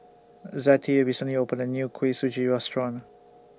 Zettie recently opened A New Kuih Suji Restaurant